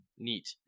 neat